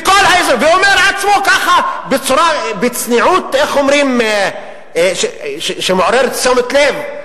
והוא אומר על עצמו ככה בצניעות שמעוררת תשומת לב,